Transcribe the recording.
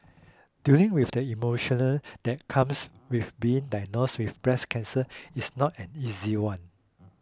dealing with the emotion that comes with being diagnosed with breast cancer is not an easy one